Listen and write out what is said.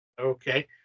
Okay